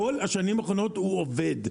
כל השנים אחרונות הוא עובד,